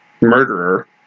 murderer